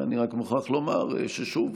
אני רק מוכרח לומר שוב,